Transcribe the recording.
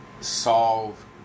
solve